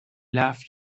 laughed